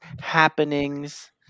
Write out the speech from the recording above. happenings